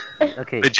okay